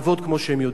לעבוד כמו שהם יודעים.